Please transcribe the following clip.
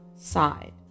side